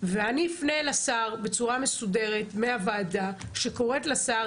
ואני אפנה לשר בצורה מסודרת מהוועדה שקוראת לשר